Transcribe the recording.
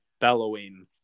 bellowing